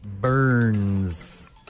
Burns